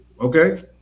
Okay